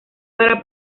para